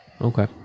Okay